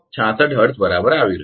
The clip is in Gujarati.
066 હર્ટ્ઝ બરાબર આવી રહ્યું છે